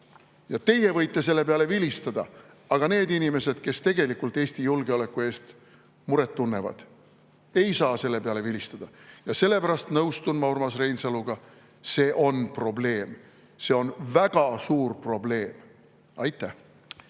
Teie võite selle peale vilistada, aga need inimesed, kes tegelikult Eesti julgeoleku pärast muret tunnevad, ei saa selle peale vilistada. Sellepärast nõustun ma Urmas Reinsaluga: see on probleem. See on väga suur probleem. Aitäh!